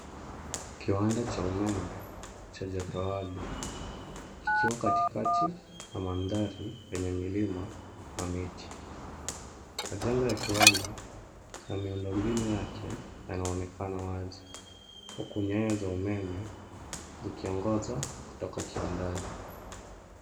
Kiwanda cha umeme cha joto ardhi kikiwa katikati ya mandhari yenye milima na miti. Majengo ya kiwanda na miundo mbinu yake yanaoneka wazi huku nyaya za umeme zikiongoza kutoka kiwandani.